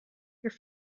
your